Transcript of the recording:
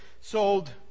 sold